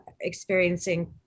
experiencing